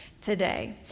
today